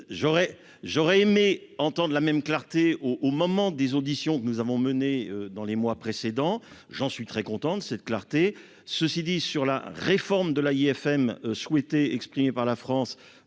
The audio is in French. j'aurais aimé entendre la même clarté au au moment des auditions que nous avons menée dans les mois précédents, j'en suis très contente cette clarté, ceci dit sur la réforme de la IFM exprimée par la France,